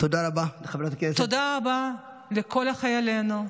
תודה רבה לכל חיילינו,